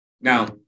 Now